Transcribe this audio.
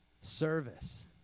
Service